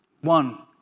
One